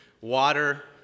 Water